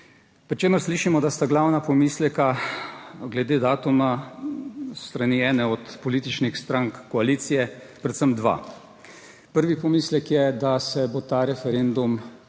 Pri čemer slišimo, da sta glavna pomisleka glede datuma s strani ene od političnih strank koalicije predvsem dva. Prvi pomislek je, da se bo ta referendum,